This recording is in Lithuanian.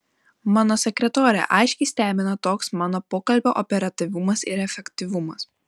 mano sekretorę aiškiai stebina toks mano pokalbio operatyvumas ir efektyvumas